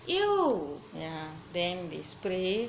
are they could pick up from jiu qi you yeah then they spray